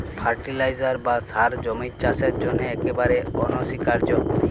fertiliser বা সার জমির চাসের জন্হে একেবারে অনসীকার্য